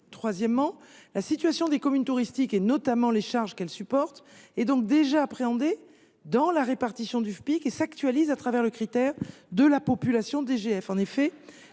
Troisièmement, la situation des communes touristiques, notamment les charges qu’elles supportent, est déjà prise en compte dans la répartition du Fpic et actualisée au travers du critère de la population DGF.